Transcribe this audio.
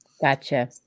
Gotcha